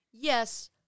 Yes